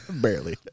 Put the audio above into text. Barely